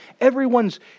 Everyone's